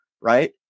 Right